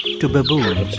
to baboons.